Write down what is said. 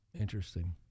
Interesting